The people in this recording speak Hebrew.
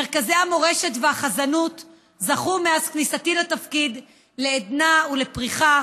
מרכזי המורשת והחזנות זכו מאז כניסתי לתפקיד לעדנה ולפריחה